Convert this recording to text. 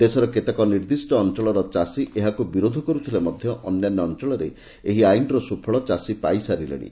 ଦେଶର କେତେକ ନିର୍ଦ୍ଧିଷ୍ ଅଞ୍ଞଳର ଚାଷୀ ଏହାକୁ ବିରୋଧ କରୁଥିଲେ ମଧ୍ଧ ଅନ୍ୟାନ୍ୟ ଅଞ୍ଞଳରେ ଏହି ଆଇନର ସ୍ବଫଳ ଚାଷୀ ପାଇସାରିଲେଣି